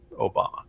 Obama